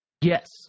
Yes